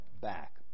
back